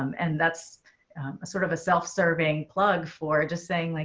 um and that's sort of a self-serving plug for just saying, like,